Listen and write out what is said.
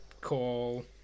call